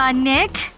ah nick?